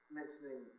mentioning